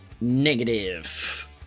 Negative